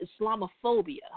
Islamophobia